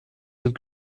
sind